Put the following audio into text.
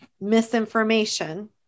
misinformation